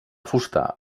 fusta